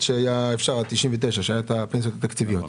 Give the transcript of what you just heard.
נכון.